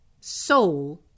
soul